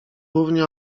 równie